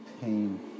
pain